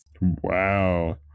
Wow